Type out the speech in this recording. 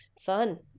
fun